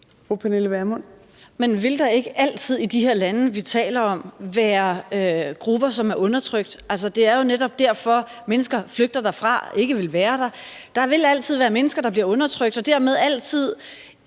Men vil der ikke altid i de her lande, vi taler om, være grupper, som er undertrykt? Altså, det er jo netop derfor, mennesker flygter derfra og ikke vil være der. Der vil altid være mennesker, der bliver undertrykt, og dermed altid,